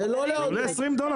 זה עולה 20 דולר.